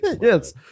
Yes